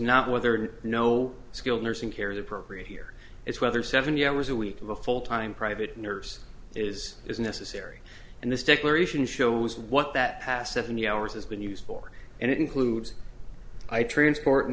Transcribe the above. not whether or no skilled nursing care is appropriate here it's whether seventy hours a week of a full time private nurse is is necessary and this declaration shows what that past seventy hours has been used for and it includes i transport